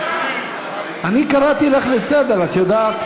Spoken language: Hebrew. אני קראתי אותך לסדר, את יודעת?